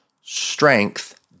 strength